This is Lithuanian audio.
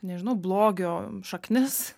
nežinau blogio šaknis